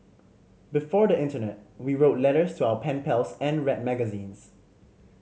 before the internet we wrote letters to our pen pals and read magazines